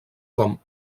com